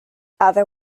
other